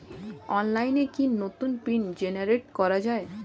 অনলাইনে কি নতুন পিন জেনারেট করা যায়?